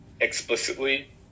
explicitly